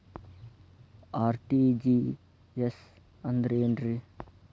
RTGS ಅಂದ್ರ ಏನ್ರಿ?